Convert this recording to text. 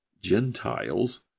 Gentiles